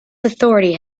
authority